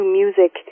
music